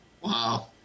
Wow